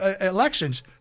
elections